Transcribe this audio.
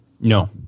no